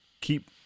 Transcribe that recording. keep